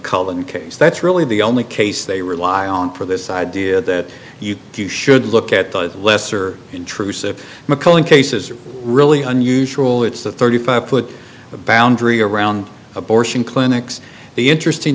mcmullen case that's really the only case they rely on for this idea that you do you should look at the lesser intrusive mcmullen cases are really unusual it's the thirty five put the boundary around abortion clinics the interesting